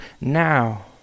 now